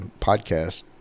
podcast